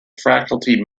faculty